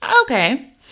Okay